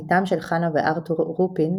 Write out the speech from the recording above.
בתם של חנה וארתור רופין,